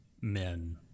men